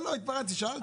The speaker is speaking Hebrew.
לא התפרצתי, שאלתי.